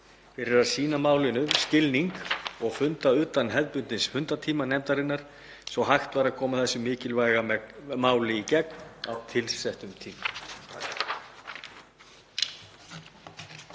fyrir að sýna málinu skilning og funda utan hefðbundins fundartíma nefndarinnar svo hægt væri að koma þessu mikilvæga máli í gegn á tilsettum tíma.